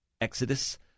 exodus